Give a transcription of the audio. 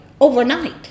overnight